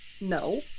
No